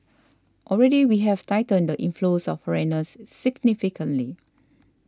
already we have tightened the inflows of foreigners significantly